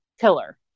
killer